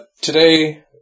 Today